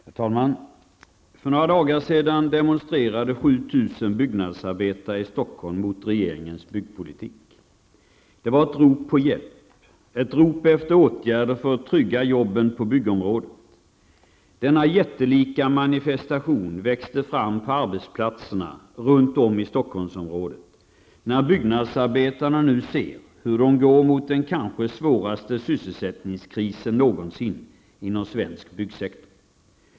Herr talman! För några dagar sedan demonstrerade 7 000 byggnadsarbetare i Stockholm mot regeringens byggpolitik. Det var ett rop på hjälp, ett rop efter åtgärder för att trygga jobben på byggområdet. Denna jättelika manifestation har växt fram på arbetsplatserna runt om i Stockholmsområdet, när byggnadsarbetarna nu ser hur de går mot den kanske svåraste sysselsättningskrisen någonsin inom svensk byggsektor.